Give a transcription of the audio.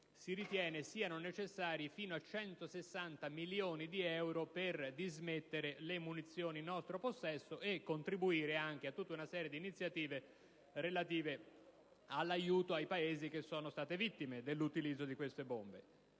si ritiene siano necessari fino a 160 milioni di euro per dismettere le munizioni in nostro possesso e contribuire anche ad una serie di iniziative volte a dare un aiuto ai Paesi vittime dell'utilizzo di queste bombe.